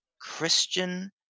Christian